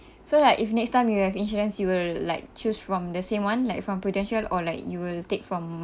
so like if next time you have insurance you will like choose from the same one like from prudential or like you will take from